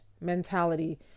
mentality